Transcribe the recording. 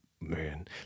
man